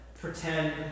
pretend